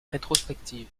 rétrospective